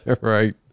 Right